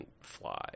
fly